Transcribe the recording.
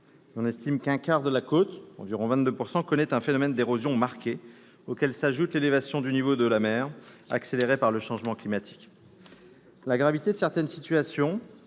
l'on estime qu'un quart de la côte- environ 22 %-connaît un phénomène d'érosion marquée, auquel s'ajoute l'élévation du niveau de la mer, accélérée par le changement climatique. La gravité de certaines situations,